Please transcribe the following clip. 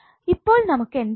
ഇപ്പോൾ നമുക്ക് എന്ത് കിട്ടി